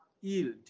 yield